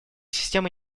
системы